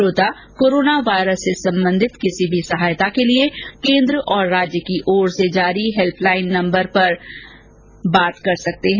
श्रोता corona virus से संबंधित किसी भी सहायता के लिए केन्द्र और राज्य की ओर से हेल्प लाइन नम्बर जारी किए गए है